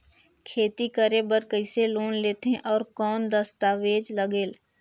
खेती करे बर कइसे लोन लेथे और कौन दस्तावेज लगेल?